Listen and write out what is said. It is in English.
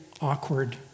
awkward